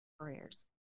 careers